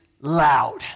loud